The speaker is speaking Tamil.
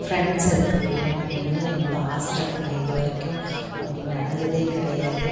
ஃப்ரெண்ட்ஸ் சர்க்கிள் வேணும் அப்படின்னு என்னோடய ஆசை ஆனால் இது வரைக்கும் அப்படி நடந்ததே கிடையாது